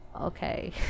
okay